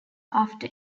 after